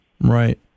Right